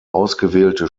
ausgewählte